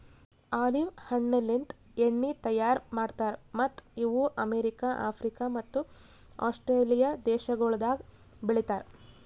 olive ಹಣ್ಣಲಿಂತ್ ಎಣ್ಣಿ ತೈಯಾರ್ ಮಾಡ್ತಾರ್ ಮತ್ತ್ ಇವು ಅಮೆರಿಕ, ಆಫ್ರಿಕ ಮತ್ತ ಆಸ್ಟ್ರೇಲಿಯಾ ದೇಶಗೊಳ್ದಾಗ್ ಬೆಳಿತಾರ್